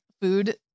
food